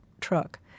truck